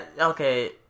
Okay